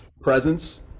presence